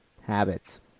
habits